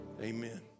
amen